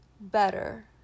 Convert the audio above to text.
better